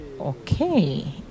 okay